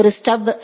ஒரு ஸ்டப் ஏ